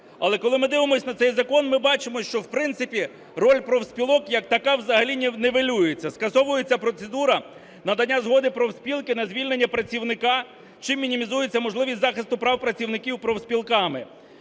Але коли ми дивимось на цей закон, ми бачимо, що, в принципі, роль профспілок як така взагалі нівелюється, скасовується процедура надання згоди профспілки на звільнення працівника чим мінімізується можливість захисту прав працівників профспілками.